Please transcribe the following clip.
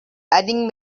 adding